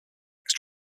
next